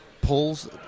pulls